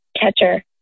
catcher